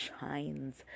shines